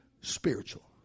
spiritual